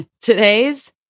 Today's